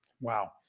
Wow